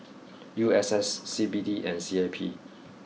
U S S C B D and C I P